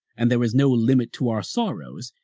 and there is no limit to our sorrows,